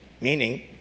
meaning